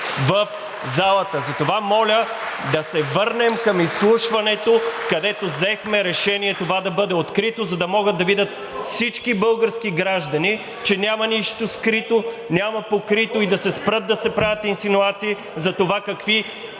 Промяната“.) Затова, моля да се върнем към изслушването, където взехме решение това да бъде открито, за да могат да видят всички български граждани, че няма нищо скрито, няма покрито и да се спрат да се правят инсинуации за това какви